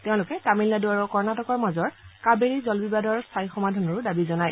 তেওঁলোকে তামিলনাডু আৰু কৰ্ণটকৰ মাজৰ কাবেৰী জলবিবাদৰ স্থায়ী সমাধানৰো দাবী জনায়